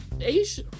Asia